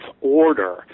order